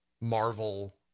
Marvel